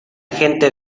gente